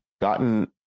gotten